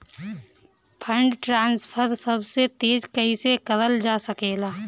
Fund transfer सबसे तेज कइसे करल जा सकेला?